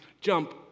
jump